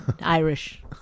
Irish